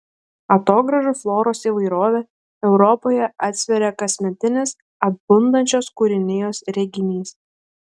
atogrąžų floros įvairovę europoje atsveria kasmetinis atbundančios kūrinijos reginys